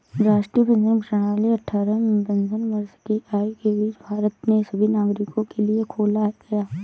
राष्ट्रीय पेंशन प्रणाली अट्ठारह से पेंसठ वर्ष की आयु के बीच भारत के सभी नागरिकों के लिए खोला गया